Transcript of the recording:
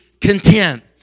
content